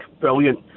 brilliant